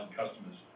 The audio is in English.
customers